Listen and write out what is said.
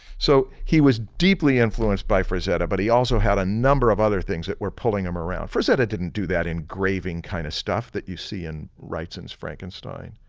so, he was deeply influenced by frazetta but he also had a number of other things that were pulling him around. frazetta didn't do that engraving kind of stuff that you see in wrightson's frankenstein.